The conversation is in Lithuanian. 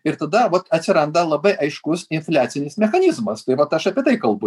ir tada vat atsiranda labai aiškus infliacinis mechanizmas tai vat aš apie tai kalbu